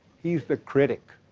he's the critic.